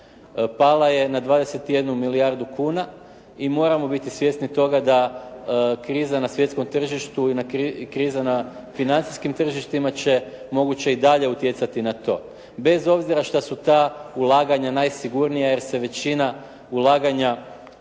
Pala je na 21 milijardu kuna i moramo biti svjesni toga na kriza na svjetskom tržištu i kriza na financijskim tržištima će moguće i dalje utjecati na to. Bez obzira što su ta ulaganja najsigurnija jer se većina ulaganja